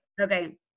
Okay